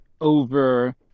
over